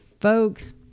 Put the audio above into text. folks